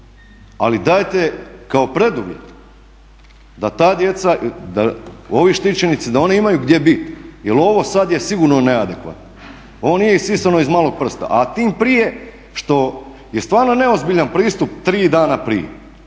ali dajte kao preduvjet da ta djeca, da ovi štićenici da oni imaju gdje biti, jer ovo sada je sigurno neadekvatno. Ovo nije isisano iz malog prsta a tim prije što je stvarno neozbiljan pristup 3 dana prije.